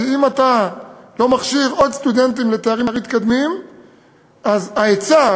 כי אם אתה לא מכשיר עוד סטודנטים לתארים מתקדמים אז ההיצע,